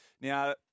Now